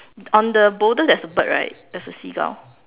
on the boulder there's a bird right there's a seagull